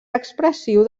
expressiu